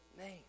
name